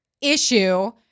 issue